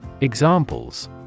Examples